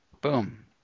Boom